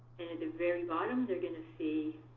the very bottom they're going to see